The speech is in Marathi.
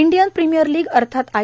इंडियन प्रीमियर लीग अर्थात आय